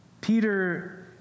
Peter